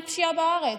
אין פשיעה בארץ.